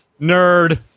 Nerd